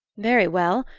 very well.